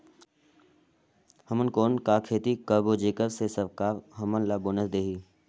हमन कौन का खेती करबो जेकर से सरकार हमन ला बोनस देही?